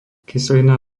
kyselina